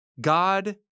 God